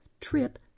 trip